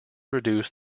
reduce